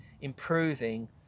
improving